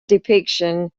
depiction